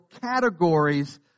categories